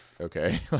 okay